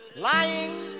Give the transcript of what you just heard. Lying